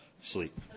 sleep